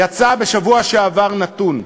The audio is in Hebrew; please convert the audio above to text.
יצא בשבוע שעבר נתון,